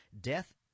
death